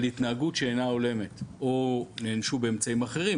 התנהגות שאינה הולמת או נענשו באמצעים אחרים,